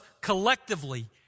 collectively